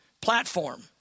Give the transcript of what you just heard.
platform